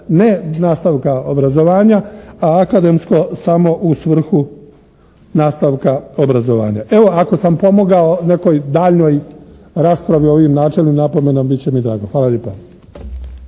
ne nastavka obrazovanja. A akademsko samo u svrhu nastavka obrazovanja. Evo, ako sam pomogao nekoj daljnjoj raspravi o ovim načelnim napomenama bit će mi drago. Hvala lijepa.